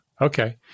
okay